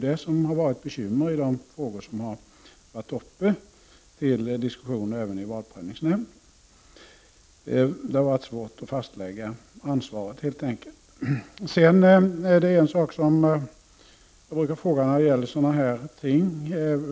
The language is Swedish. Det har varit bekymret i de frågor som varit uppe till diskussion, även i valprövningsnämnden. Det har varit svårt att fastlägga ansvaret, helt enkelt. Det finns en fråga som jag brukar ställa när det gäller sådana här ting.